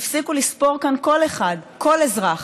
הפסיקו לספור כאן כל אחד, כל אזרח.